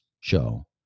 show